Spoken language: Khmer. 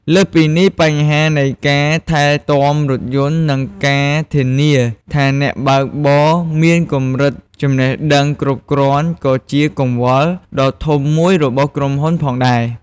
លើសពីនេះ បញ្ហានៃការថែទាំរថយន្តនិងការធានាថាអ្នកបើកបរមានកម្រិតចំណេះដឹងគ្រប់គ្រាន់ក៏ជាកង្វល់ដ៏ធំមួយរបស់ក្រុមហ៊ុនផងដែរ។